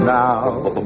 now